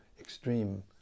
extreme